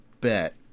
bet